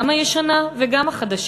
גם הישנה וגם החדשה,